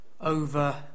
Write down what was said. over